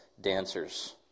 dancers